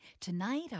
Tonight